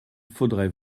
faudrait